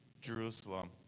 Jerusalem